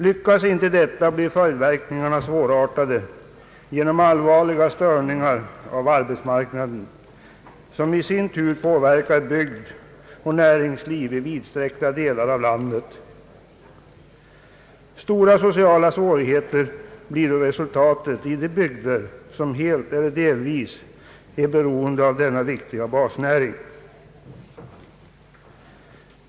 Lyckas inte detta, blir verkningarna svårartade genom allvarliga störningar av arbetsmarknaden som i sin tur påverkar bygd och näringsliv i vidsträckta delar av landet. Stora sociala svårigheter blir då resultatet i de bygder som helt eller delvis är beroende av denna viktiga basnäring.